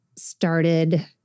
started